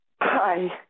Hi